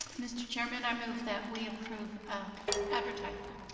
mr. chairman, i move that we approve advertisement.